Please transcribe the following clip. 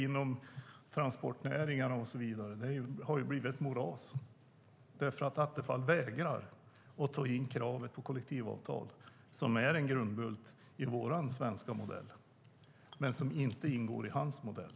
Inom transportnäringarna och så vidare ser vi att det har blivit ett moras, därför att Attefall vägrar att ta in kravet på kollektivavtal. Det är en grundbult i vår svenska modell men ingår inte i hans modell.